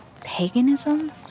paganism